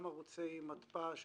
גם ערוצי מתפ"ש,